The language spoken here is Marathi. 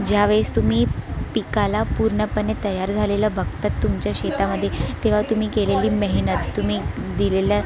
ज्यावेळेस तुम्ही पिकाला पूर्णपणे तयार झालेलं बघतात तुमच्या शेतामध्ये तेव्हा तुम्ही केलेली मेहनत तुम्ही दिलेल्या